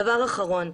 דבר אחרון,